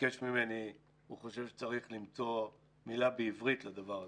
חושב שצריך למצוא מילה בעברית לדבר הזה,